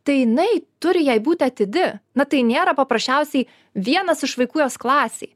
tai jinai turi jai būti atidi na tai nėra paprasčiausiai vienas iš vaikų jos klasėj